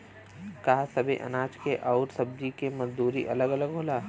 का सबे अनाज के अउर सब्ज़ी के मजदूरी अलग अलग होला?